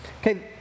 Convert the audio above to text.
Okay